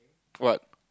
what